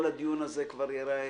כל הדיון כבר ייראה